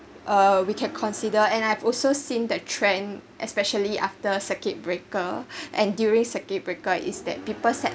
uh we can consider and I've also seen the trend especially after circuit breaker and during circuit breaker is that people set